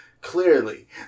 clearly